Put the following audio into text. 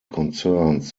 concerns